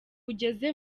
ugeze